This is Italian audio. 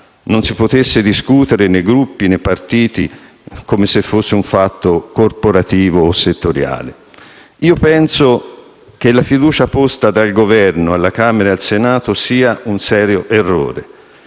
non si potesse discutere nei Gruppi, nei partiti, come se fosse un fatto corporativo o settoriale. Penso che la fiducia posta dal Governo, alla Camera e al Senato, sia un serio errore.